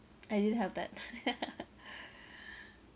I didn't have that